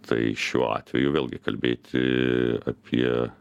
tai šiuo atveju vėlgi kalbėti apie